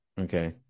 Okay